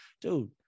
dude